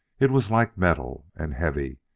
it was like metal, and heavy,